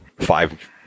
five